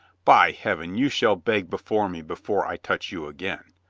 by heaven, you shall beg before me before i touch you again.